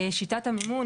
שיטת המימון,